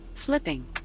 Flipping